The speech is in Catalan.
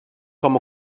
com